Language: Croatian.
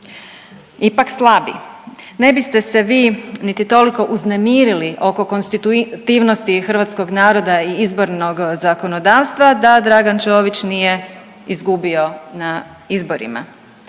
ipak slabi. Ne biste se vi niti toliko uznemirili oko konstitutivnosti hrvatskog naroda i izbornog zakonodavstva da Dragan Čović nije izgubio na izborima.